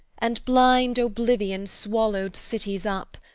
and blind oblivion swallow'd cities up,